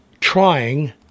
trying